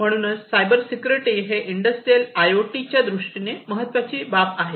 म्हणूनच cyber security हे industrial IoT दृष्टीने महत्त्वाची बाब आहे